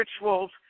rituals